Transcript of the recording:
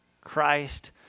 Christ